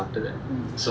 um